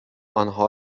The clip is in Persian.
آنها